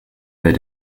their